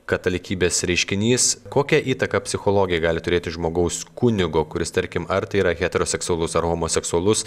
katalikybės reiškinys kokią įtaką psichologijai gali turėti žmogaus kunigo kuris tarkim ar tai yra heteroseksualus ar homoseksualus